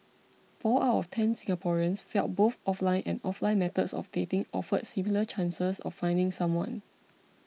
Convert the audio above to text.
four out of ten Singaporeans felt both offline and offline methods of dating offered similar chances of finding someone